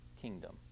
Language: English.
kingdom